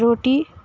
روٹی